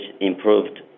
improved